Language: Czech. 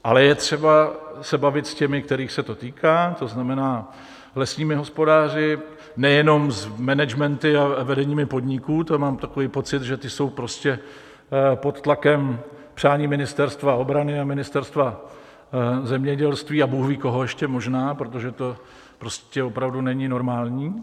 Ale je třeba se bavit s těmi, kterých se to týká, to znamená lesními hospodáři, nejenom s managementy a vedeními podniků, to mám takový pocit, že ty jsou pod tlakem přání Ministerstva obrany a Ministerstva zemědělství a bůhví koho ještě možná, protože to prostě opravdu není normální.